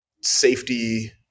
safety